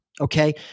okay